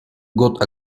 год